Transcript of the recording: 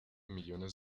millones